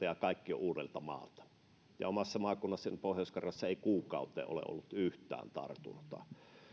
ja kaikki on uudeltamaalta ja omassa maakunnassani pohjois karjalassa ei kuukauteen ole ollut yhtään tartuntaa